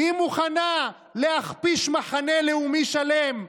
היא מוכנה להכפיש מחנה לאומי שלם,